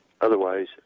Otherwise